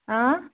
آ